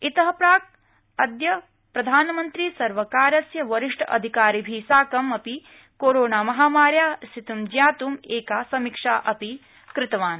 इत प्राक् अद्य प्रधानमन्त्री सर्वकारस्य वरिष्ठ अधिकारिभि साकं अपि कोरोना महामार्या स्थितिं ज्ञातुं एका समीक्षा अपि कृतवान्